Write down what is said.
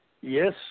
Yes